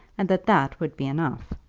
and that that would be enough.